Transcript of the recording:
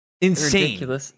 insane